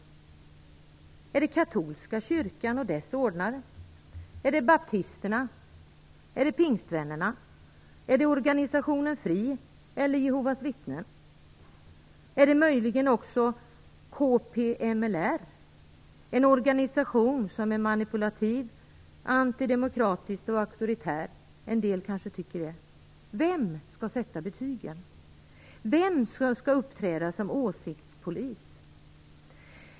Är det katolska kyrkan och dess ordnar? Är det Baptisterna? Är det Pingstvännerna? Är det organisationen Fri eller Jehovas vittnen? Är det möjligen också KPMLR - en organisation som en del kanske tycker är manipulativ, antidemokratisk och auktoritär? Vem skall sätta betygen? Vem skall uppträda som åsiktspolis?